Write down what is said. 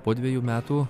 po dvejų metų